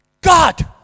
God